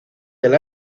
del